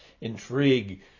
intrigue